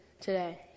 today